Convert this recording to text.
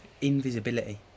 invisibility